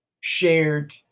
shared